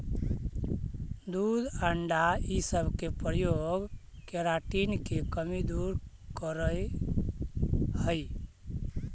दूध अण्डा इ सब के प्रयोग केराटिन के कमी दूर करऽ हई